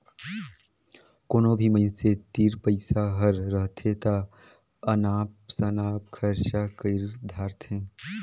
कोनो भी मइनसे तीर पइसा हर रहथे ता अनाप सनाप खरचा कइर धारथें